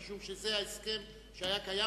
משום שזה ההסכם שהיה קיים,